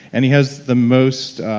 and he has the most.